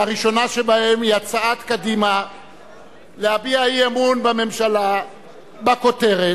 והראשונה שבהן היא הצעת קדימה להביע אי-אמון בממשלה בכותרת: